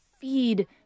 feed